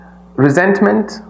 resentment